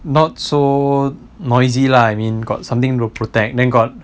not so noisy lah I mean got something to protect then got